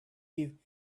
you